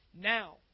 Now